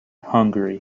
hungary